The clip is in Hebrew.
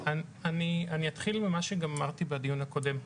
אני אתחיל ממה שגם אמרתי בדיון הקודם.